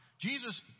Jesus